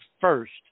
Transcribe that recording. first